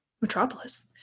Metropolis